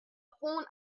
phone